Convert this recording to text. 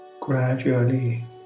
gradually